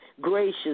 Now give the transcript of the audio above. gracious